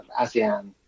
ASEAN